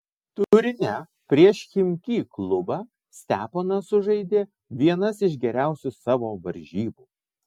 turine prieš chimki klubą steponas sužaidė vienas iš geriausių savo varžybų